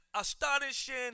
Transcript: astonishing